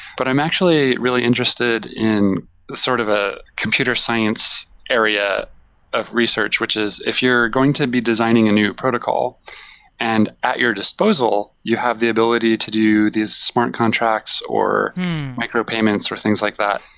but i'm actually really interested in sort of a computer science area or research, which is if you're going to be designing a new protocol and at your disposal, you have the ability to do these smart contracts, or micro-payments, or things like that.